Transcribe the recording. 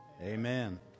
Amen